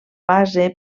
base